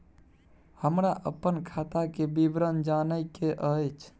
हमरा अपन खाता के विवरण जानय के अएछ?